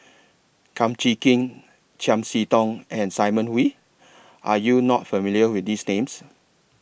Kum Chee Kin Chiam See Tong and Simon Wee Are YOU not familiar with These Names